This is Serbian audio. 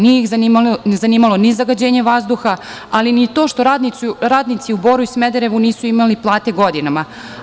Nije ih zanimalo ni zagađenje vazduha, ali ni to što radnici u Boru i Smederevu nisu imali plate godinama.